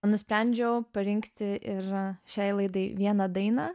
o nusprendžiau parinkti ir šiai laidai vieną dainą